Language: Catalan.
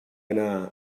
anar